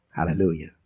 Hallelujah